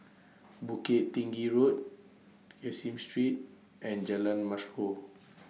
Bukit Tinggi Road Caseen Street and Jalan Mashhor